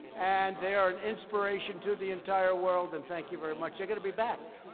and they are an inspiration to the entire world. and thank you very much. they're going to be back.